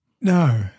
No